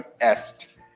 est